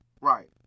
Right